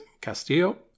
Castillo